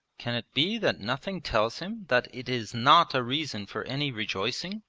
can it be that nothing tells him that it is not a reason for any rejoicing,